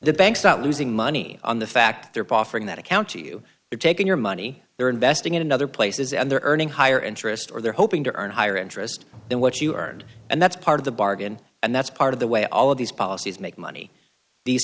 the bank's not losing money on the fact they're offering that account to you they're taking your money they're investing it in other places and they're earning higher interest or they're hoping to earn higher interest than what you earned and that's part of the bargain and that's part of the way all of these policies make money these